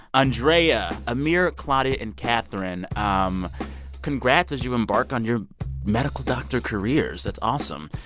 andrea. amir, claudia and catherine, um congrats as you embark on your medical doctor careers. that's awesome.